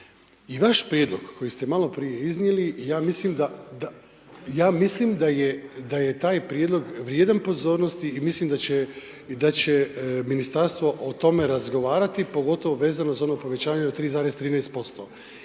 I vaš prijedlog koji ste maloprije iznijeli, ja mislim da je taj prijedlog vrijedan pozornosti i mislim da će ministarstvo o tome razgovarati, pogotovo vezano za ono povećanje od 3,13%